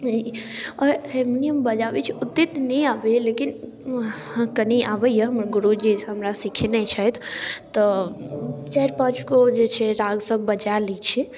आओर हरमुनियम बजाबैत छी ओतेक नहि आबैए लेकिन हँ कनी आबैए हमर गुरुजी हमरा सिखेने छथि तऽ चारि पाँचगो जे छै राग सब बजाए लै छी